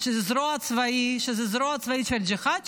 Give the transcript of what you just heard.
שזו הזרוע הצבאית של ג'יהאד,